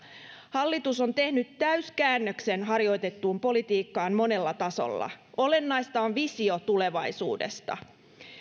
hallitus on tehnyt täyskäännöksen harjoitettuun politiikkaan monella tasolla olennaista on visio tulevaisuudesta